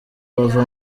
bava